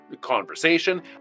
conversation